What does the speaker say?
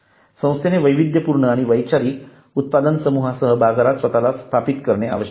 संस्थेने वैविध्यपूर्ण आणि वैयक्तिक उत्पादन समूहासह बाजारात स्वतःला स्थापित करणे आवश्यक आहे